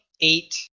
eight